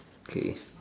okay